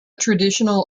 traditional